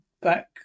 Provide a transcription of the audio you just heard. back